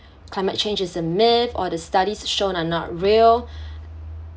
climate change is a myth or the studies shown are not real